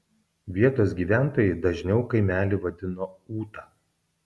vietos gyventojai dažniau kaimelį vadino ūta